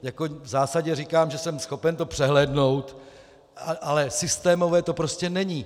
V zásadě říkám, že jsem schopen to přehlédnout, ale systémové to prostě není.